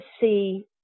see